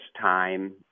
time